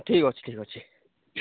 ଠିକ୍ ଅଛି ଠିକ୍ ଅଛି